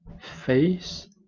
face